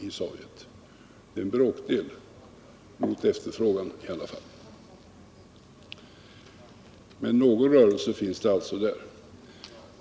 Det är en bråkdel i förhållande till efterfrågan, men er viss verksamhet finns.